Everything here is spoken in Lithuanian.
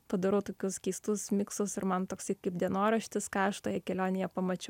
padarau tokius keistus miksus ir man toksai kaip dienoraštis ką aš toje kelionėje pamačiau